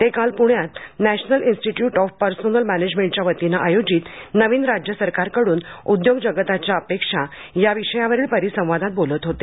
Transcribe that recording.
ते काल पुण्यात नॅशनल इन्स्टीट्युट ऑफ पर्सोनेल मॅनेजमेंटच्या वतीनं आयोजित नवीन राज्य सरकारकडून उद्योगजगताच्या अपेक्षा या विषयावरील परिसंवादात बोलत होते